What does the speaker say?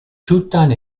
tutan